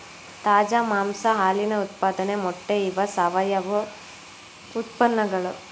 ತಾಜಾ ಮಾಂಸಾ ಹಾಲಿನ ಉತ್ಪಾದನೆ ಮೊಟ್ಟೆ ಇವ ಸಾವಯುವ ಉತ್ಪನ್ನಗಳು